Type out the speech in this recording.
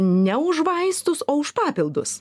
ne už vaistus o už papildus